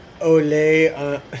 Olay